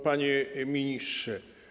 Panie Ministrze!